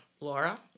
Laura